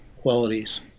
qualities